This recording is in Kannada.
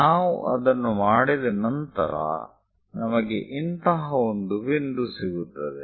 ನಾವು ಅದನ್ನು ಮಾಡಿದ ನಂತರ ನಮಗೆ ಇಂತಹ ಒಂದು ಬಿಂದು ಸಿಗುತ್ತದೆ